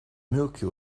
milky